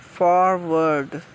forward